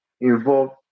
Involved